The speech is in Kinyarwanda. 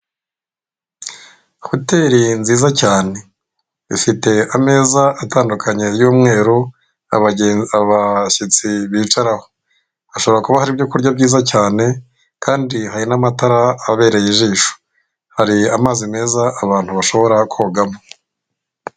Hoteri nziza cyane ifite ameza atandukanye y'umweru abashyitsi bicaraho. Hashobora kuba hari ibyo kurya byiza cyane kandi hari n'amatara abereye ijisho, hari amazi meza abantu bashobora kogamo.